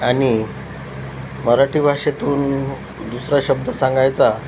आणि मराठी भाषेतून दुसरा शब्द सांगायचा